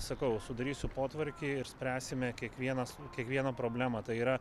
sakau sudarysiu potvarkį ir spręsime kiekvienas kiekvieną problemą tai yra